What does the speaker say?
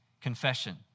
confession